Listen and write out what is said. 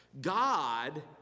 God